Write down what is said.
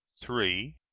three.